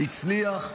הצליח,